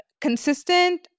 consistent